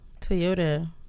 Toyota